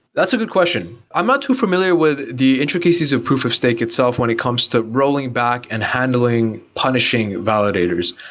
that's a good question. i'm not too familiar with the intricacies of proof of stake itself when it comes to rolling back and handling punishing validators.